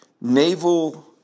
naval